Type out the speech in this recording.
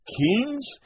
Kings